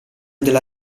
della